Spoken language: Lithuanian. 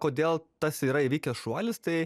kodėl tas yra įvykęs šuolis tai